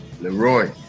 Leroy